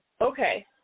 Okay